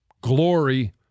glory